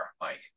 Mike